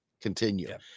continue